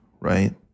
right